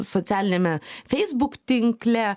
socialiniame feisbuk tinkle